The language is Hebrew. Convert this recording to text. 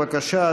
בבקשה,